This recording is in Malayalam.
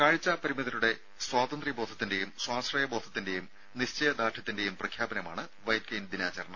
കാഴ്ച പരിമിതരുടെ സ്വാതന്ത്ര്യ ബോധത്തിന്റെയും സ്വാശ്രയ ബോധത്തിന്റെയും നിശ്ചയദാർഢ്യത്തിന്റെയും പ്രഖ്യാപനമാണ് വൈറ്റ് കെയിൻ ദിനാചരണം